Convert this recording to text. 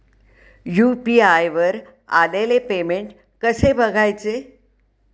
UPI वर आलेले payment कसे बघायचे?